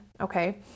okay